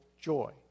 joy